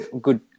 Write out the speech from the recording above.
Good